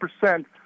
percent